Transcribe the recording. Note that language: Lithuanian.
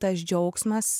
tas džiaugsmas